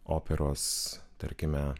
operos tarkime